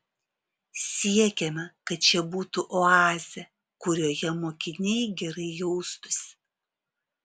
siekiame kad čia būtų oazė kurioje mokiniai gerai jaustųsi